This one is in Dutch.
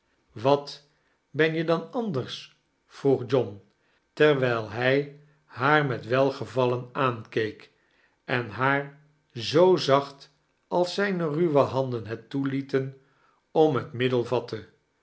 wat ben je dan andears v vroeg john terwijl hij haar met welgevallen aankeek en haar zoo zacht als zijne ruwe handen het toelieten om het middel vafrte